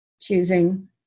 choosing